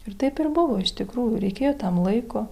ir taip ir buvo iš tikrųjų reikėjo tam laiko